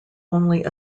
only